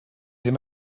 ddim